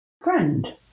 friend